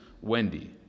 Wendy